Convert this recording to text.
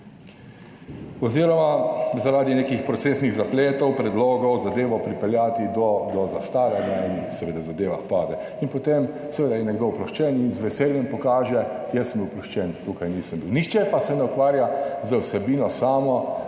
oziroma zaradi nekih procesnih zapletov, predlogov, zadevo pripeljati do zastaranja in seveda zadeva pade, in potem seveda je nekdo oproščen in z veseljem pokaže, jaz sem bil oproščen, tukaj nisem bil, nihče pa se ne ukvarja z vsebino samo